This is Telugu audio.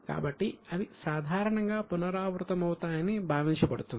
కాబట్టి అవి సాధారణంగా పునరావృతమవుతాయని భావించబడుతుంది